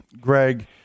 Greg